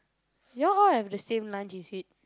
you all all have the same lunch is it